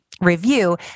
review